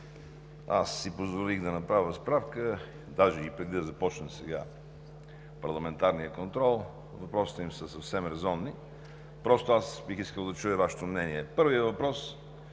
мрежа. Позволих си да направя справка дори и преди да започне парламентарният контрол. Въпросите са ми съвсем резонни, просто бих искал да чуя Вашето мнение. Първият въпрос